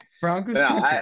Broncos